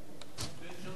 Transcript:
אוקיי.